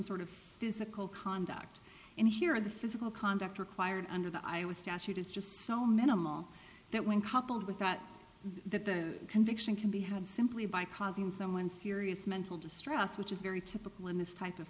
sort of physical conduct in here the physical conduct required under the i would statute is just so minimal that when coupled with that that the conviction can be had simply by causing someone serious mental distress which is very typical in this type of